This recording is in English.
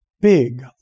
big